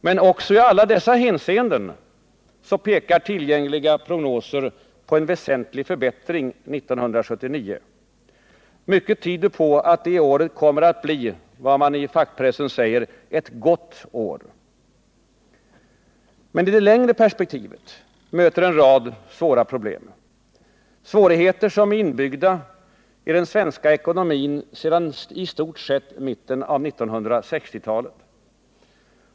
Men också i dessa hänseenden pekar tillgängliga prognoser på en väsentlig förbättring 1979. Mycket tyder på att det året kommer att bli vad man i fackpressen kallar ett gott år. I det längre perspektivet möter dock en rad svåra problem, svårigheter som är inbyggda i den svenska ekonomin sedan i stort sett mitten av 1960-talet.